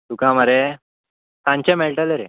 तुका मरे सांचे मेळटले रे